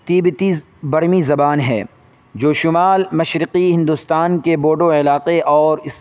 تیبتیز برمی زبان ہے جو شمال مشرقی ہندوستان کے بوڈو علاقے اور اس